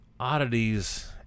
Oddities